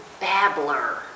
babbler